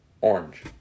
orange